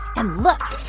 and look.